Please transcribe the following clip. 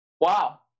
wow